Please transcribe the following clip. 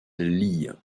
lee